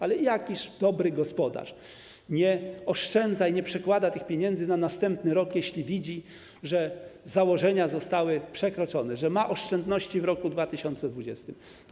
Ale jakiż dobry gospodarz nie oszczędza i nie przekłada tych pieniędzy na następny rok, jeśli widzi, że założenia zostały przekroczone, że ma oszczędności w roku 2020?